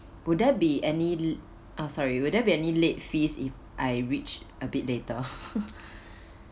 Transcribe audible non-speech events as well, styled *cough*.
would there be any ah sorry will there be any late fees if I reached a bit later *laughs*